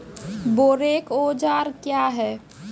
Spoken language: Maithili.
बोरेक औजार क्या हैं?